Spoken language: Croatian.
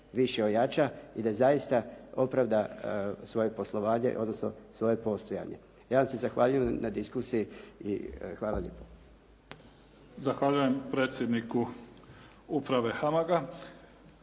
više ojača i da zaista opravda svoje poslovanje, odnosno svoje postojanje. Ja vam se zahvaljujem na diskusiji i hvala lijepo. **Mimica, Neven (SDP)** Zahvaljujem predsjedniku uprave HAMAG-a.